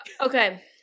Okay